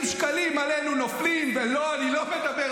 אושר, ראו.